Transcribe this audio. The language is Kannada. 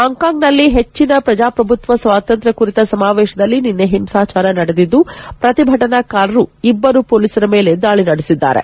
ಹಾಂಗ್ ಕಾಂಗ್ನಲ್ಲಿ ಹೆಚ್ಚನ ಪ್ರಜಾಪ್ರಭುತ್ವ ಸ್ವಾತಂತ್ರ್ಯ ಕುರಿತ ಸಮಾವೇಶದಲ್ಲಿ ನಿನ್ನೆ ಹಿಂಸಾಚಾರ ನಡೆದಿದ್ದು ಪ್ರತಿಭಟನಾಕಾರರು ಇಬ್ಬರು ಪೊಲೀಸರ ಮೇಲೆ ದಾಳಿ ನಡೆಸಿದ್ದಾರೆ